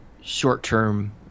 short-term